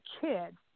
kid